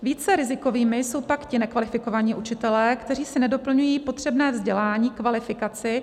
Více rizikovými jsou pak ti nekvalifikovaní učitelé, kteří si nedoplňují potřebné vzdělání, kvalifikaci.